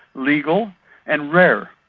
legal and rare.